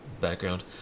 background